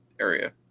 area